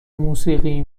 موسیقی